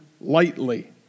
lightly